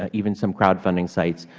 ah even some crowdfunding sites,